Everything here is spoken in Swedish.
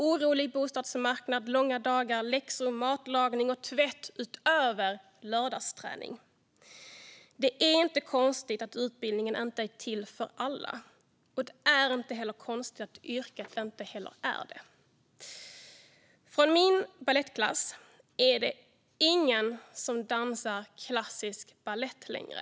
Orolig bostadsmarknad, långa dagar, läxor, matlagning och tvätt utöver lördagsträning - det är inte konstigt att utbildningen inte är något för alla, och det är inte konstigt att inte heller yrket är det. Från min balettklass är det ingen som dansar klassisk balett längre.